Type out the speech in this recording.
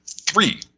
three